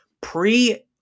pre